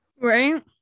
Right